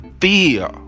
fear